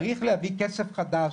צריך להביא כסף חדש,